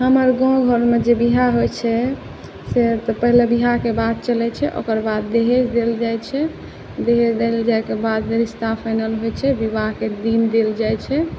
हमर गामघरमे जे विवाह होइ छै से पहिले विवाहके बात चलै छै ओकर बाद दहेज देल जाइ छै दहेज देल जाइके बाद रिश्ता फाइनल होइ छै विवाहके दिन देल जाइ छै